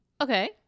Okay